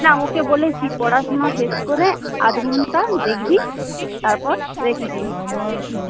না ওকে বলেছি পড়াশুনো শেষ করে আধঘণ্টা দেখবি তারপর রেখে দিবি হুম